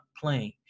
playing